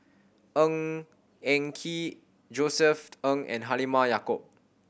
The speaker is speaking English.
Ng Eng Kee Josef Ng and Halimah Yacob